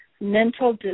mental